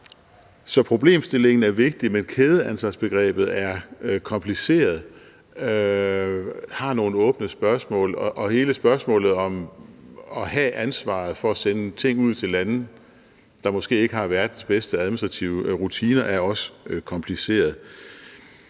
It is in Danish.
Så problemstillingen er vigtig, men kædeansvarsbegrebet er kompliceret og har nogle åbne spørgsmål. Og hele spørgsmålet om at have ansvaret for at sende ting ud til lande, der måske ikke har verdens bedste administrative rutiner, er også kompliceret.